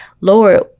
Lord